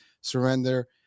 surrender